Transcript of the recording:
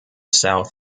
south